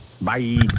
Bye